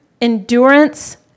endurance